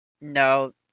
No